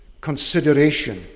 consideration